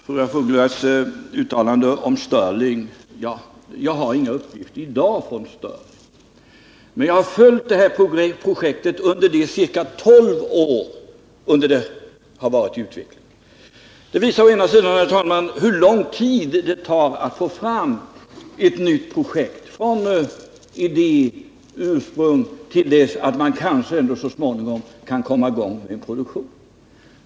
Fru af Ugglas uttalande om Stirlingmotorn kan jag inte kommentera, eftersom jag inte har några uppgifter om arbetskraftsbehovet i dag. Men jag har följt projektet under de ca tolv år som det har varit i utveckling. Det visar, herr talman, hur lång tid det tar att få fram ett nytt projekt från idéursprunget till dess att en produktion kan komma i gång, i detta fall tio till tolv år.